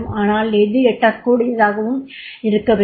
ஆனால் அது எட்டக்கூடியதாகவும் இருக்க வேண்டும்